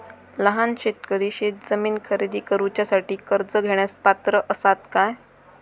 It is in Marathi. लहान शेतकरी शेतजमीन खरेदी करुच्यासाठी कर्ज घेण्यास पात्र असात काय?